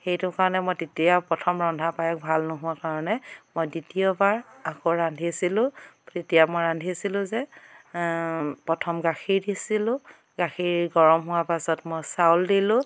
সেইটো কাৰণে মই তেতিয়া প্ৰথম ৰন্ধা পায়স ভাল নোহোৱাৰ কাৰণে মই দ্বিতীয়বাৰ আকৌ ৰান্ধিছিলোঁ তেতিয়া মই ৰান্ধিছিলোঁ যে প্ৰথম গাখীৰ দিছিলোঁ গাখীৰ গৰম হোৱাৰ পাছত মই চাউল দিলোঁ